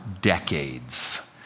decades